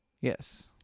Yes